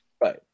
Right